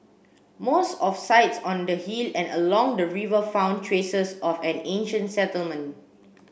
most of sites on the hill and along the river found traces of an ancient settlement